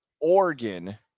Oregon